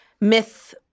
myth